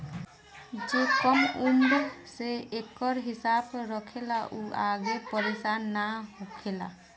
जे कम उम्र से एकर हिसाब रखेला उ आगे परेसान ना होखेला